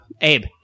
Abe